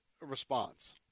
response